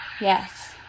Yes